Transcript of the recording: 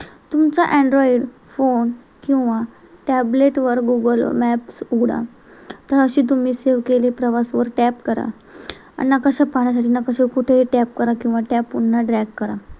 तुमचा android phone किंवा टॅबलेटवर गुगल मॅप्स उघडा तर असे तुम्ही सेव्ह केलेल्या प्रवासवर टॅप करा अन नकाशात पाहण्यासाठी नकाशात कुठेही टॅप करा किंवा टॅप पुन्हा ड्रॅग करा